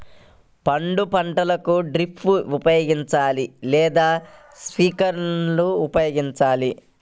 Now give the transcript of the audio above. పండ్ల పంటలకు డ్రిప్ ఉపయోగించాలా లేదా స్ప్రింక్లర్ ఉపయోగించాలా?